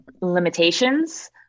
limitations